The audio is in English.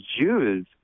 Jews